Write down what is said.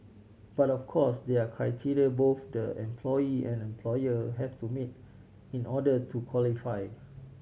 but of course there are criteria both the employee and employer have to meet in order to qualify